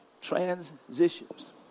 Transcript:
transitions